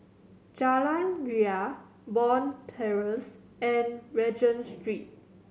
Jalan Ria Bond Terrace and Regent Street